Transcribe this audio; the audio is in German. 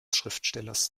schriftstellers